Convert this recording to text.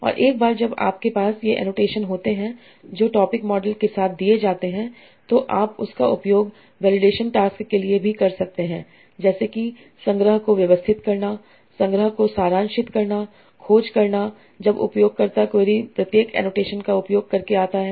और एक बार जब आपके पास ये एनोटेशन होते हैं जो टॉपिक मॉडल के साथ दिए जाते हैं तो आप उसका उपयोग वेलिडेशन टास्क के लिए भी कर सकते हैं जैसे कि संग्रह को व्यवस्थित करना संग्रह को सारांशित करना खोज करना जब उपयोगकर्ता क्वेरी प्रत्येक एनोटेशन का उपयोग करके आता है